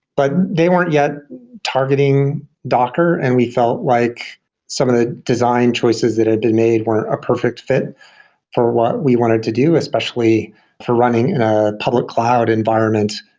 but they weren't yet targeting docker, and we felt like some of the design choices that had been made weren't a perfect fit for what we wanted to do, especially for running in a public cloud environment,